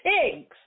pigs